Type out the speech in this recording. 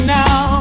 now